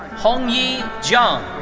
hongyi jiang.